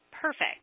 perfect